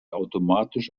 automatisch